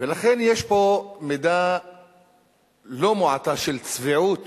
לכן יש פה מידה לא מעטה של צביעות